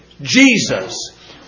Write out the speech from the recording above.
Jesus